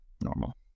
normal